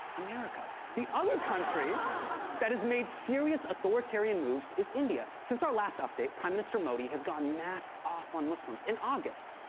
america. the other country that has made serious authoritarian moves is india. since our last update, prime minister modi has gone mask off on muslims. in august,